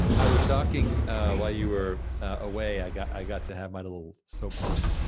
i was talking while you were away i got i got to have my little soapbox,